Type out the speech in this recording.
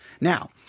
Now